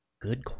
Good